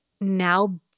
now